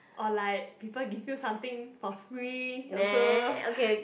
or like people give you something for free also